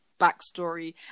backstory